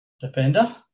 defender